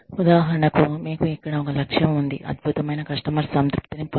ఉదాహరణకు మీకు ఇక్కడ ఒక లక్ష్యం ఉంది అద్భుతమైన కస్టమర్ సంతృప్తిని సాధించడం